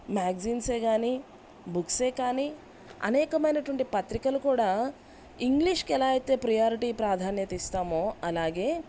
మ్యాగజైన్సే కానీ బుక్సే కానీ అనేకమైన అటువంటి పత్రికలు కూడా ఇంగ్లీష్కి ఎలా అయితే ప్రయారిటీ ప్రాధాన్యత ఇస్తామో అలాగే